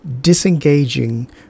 Disengaging